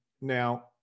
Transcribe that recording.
Now